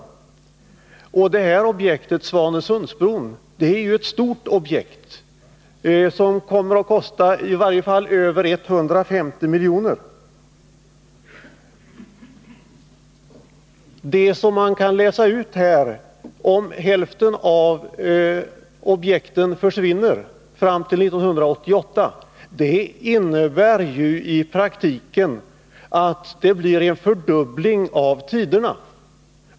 Svanesundsbron är ett stort objekt, som kommer att kosta i varje fall över 150 miljoner. Att hälften av objekten försvinner fram till 1988 innebär i praktiken en fördubbling av tiderna.